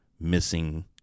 missing